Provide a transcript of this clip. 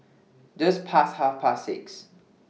Just Past Half Past six